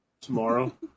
tomorrow